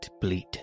bleat